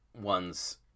one's